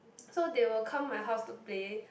so they will come my house to play